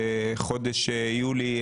בחודש יולי,